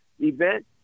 event